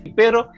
pero